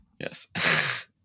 Yes